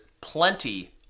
plenty